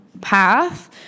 path